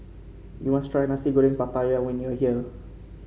you must try Nasi Goreng Pattaya when you are here